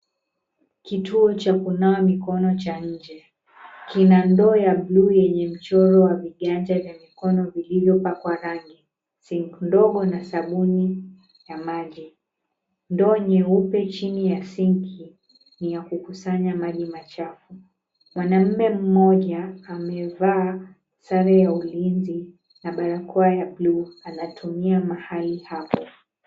Kituo cha kunawa mikono cha nje kina ndoo ya bluu yenye mchoro wa viganja vya mikono vilivyopakwa rangi, sink ndogo, na sabuni ya maji. Ndoo nyeupe chini ya sinki ni ya kukusanya maji machafu. Mwanamume mmoja amevaa tarehe ya ulinzi na barakoa ya bluu, anatumia mahali hapo.